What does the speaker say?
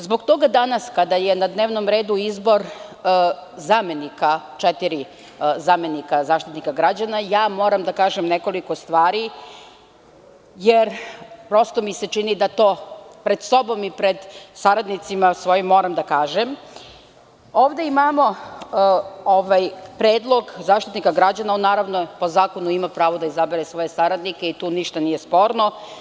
Zbog toga danas kada je na dnevnom redu izbor zamenika, četiri zamenika Zaštitnika građana, moram da kažem nekoliko stvari, jer mi se čini da pred sobom i saradnicima moram da kažem, jer ovde imamo predlog Zaštitnika građana, a on po zakonu ima pravo da izabere svoje saradnike i tu ništa nije sporno.